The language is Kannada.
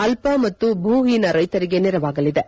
ಅಲ್ಲ ಮತ್ತು ಭೂಹೀನ ರೈತರಿಗೆ ನೆರವಾಗಲಿವೆ